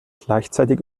gleichzeitig